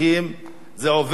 זה עובר למליאה.